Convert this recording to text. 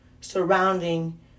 surrounding